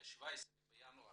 ב-17.1.2017